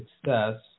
success